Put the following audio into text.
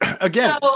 again